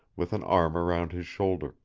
with an arm around his shoulder